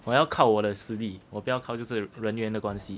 我要靠我的实力我不要靠就是人缘的关系